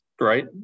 right